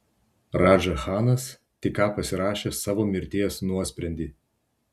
radža chanas tik ką pasirašė savo mirties nuosprendį